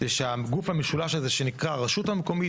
שהגוף המשולש הזה שנקרא הרשות המקומית,